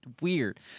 Weird